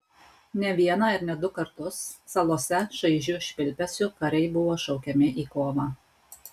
ne vieną ir ne du kartus salose šaižiu švilpesiu kariai buvo šaukiami į kovą